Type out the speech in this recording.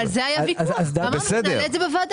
ועל זה היה ויכוח ואמרנו שנעלה את זה בוועדה.